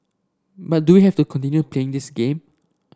but do we have to continue playing this game